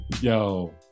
Yo